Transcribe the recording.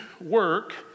work